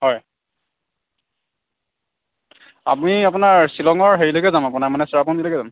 হয় আপুনি আপোনাৰ শ্বিলঙৰ হেৰিলৈকে যাম আপোনাৰ মানে চেৰাপুঞ্জিলৈকে যাম